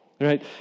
right